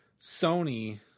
Sony